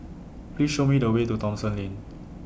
Please Show Me The Way to Thomson Lane